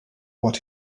what